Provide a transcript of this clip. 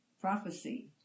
prophecy